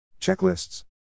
checklists